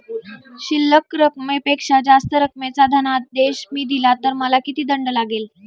शिल्लक रकमेपेक्षा जास्त रकमेचा धनादेश मी दिला तर मला किती दंड लागेल?